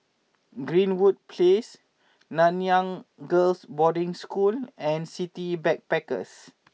Greenwood Place Nanyang Girls' Boarding School and City Backpackers